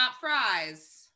fries